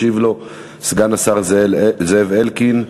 ישיב לו סגן השר זאב אלקין.